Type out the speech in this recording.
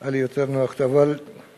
היה לי יותר נוח, אבל בינתיים,